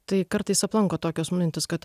tai kartais aplanko tokios mintys kad